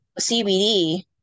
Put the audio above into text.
CBD